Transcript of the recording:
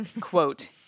quote